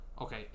Okay